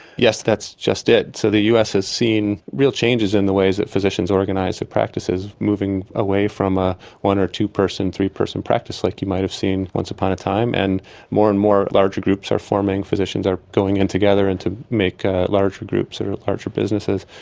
yes, that's just it. so the us has seen real changes in the ways that physicians organise their practices, moving away from a one or two-person three-person practice like you might have seen once upon a time, and more and more larger groups are forming. physicians are going in together and to make ah larger groups that are larger businesses.